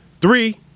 Three